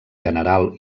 general